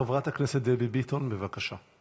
חברת הכנסת דבי ביטון, בבקשה.